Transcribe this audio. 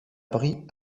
brie